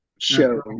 show